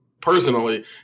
Personally